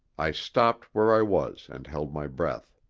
i stopped where i was and held my breath.